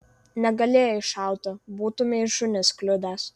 negalėjai šauti būtumei šunis kliudęs